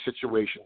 situation